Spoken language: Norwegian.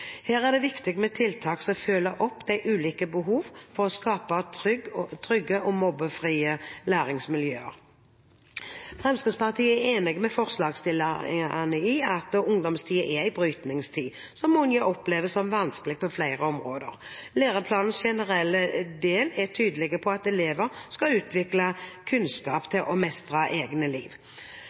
Her er det viktig med tiltak som følger opp lokale behov for å skape trygge og mobbefrie læringsmiljøer. Fremskrittspartiet er enig med forslagsstillerne i at ungdomstiden er en brytningstid som mange opplever som vanskelig på flere områder. Læreplanens generelle del er tydelig på at elever skal utvikle kunnskap til å mestre eget liv.